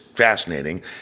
Fascinating